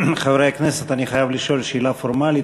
חברי הכנסת, אני חייב לשאול שאלה פורמלית.